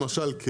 למשל,